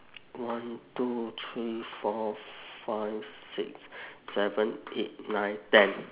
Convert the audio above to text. one two three four five six seven eight nine ten